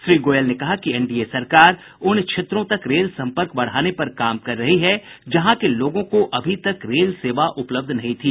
श्री गोयल ने कहा कि एनडीए सरकार उन क्षेत्रों तक रेल सम्पर्क बढ़ाने पर काम कर रही है जहां के लोगों को अभी तक रेल सेवा उपलब्ध नहीं थी